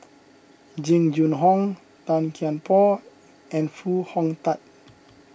Jing Jun Hong Tan Kian Por and Foo Hong Tatt